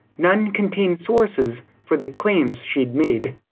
none contained sources for the claims she'd made.